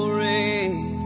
rain